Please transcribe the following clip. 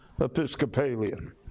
Episcopalian